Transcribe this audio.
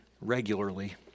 regularly